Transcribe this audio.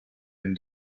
dem